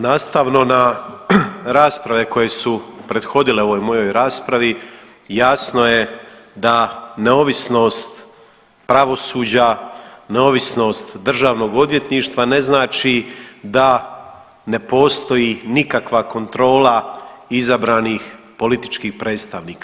Nastavno na rasprave koje su prethodile ovoj mojoj raspravi jasno je da neovisnost pravosuđa, neovisnost državnog odvjetništva ne znači da ne postoji nikakva kontrola izabranih političkih predstavnika.